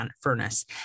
furnace